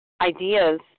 ideas